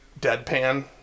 deadpan